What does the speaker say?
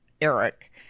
Eric